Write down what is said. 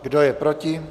Kdo je proti?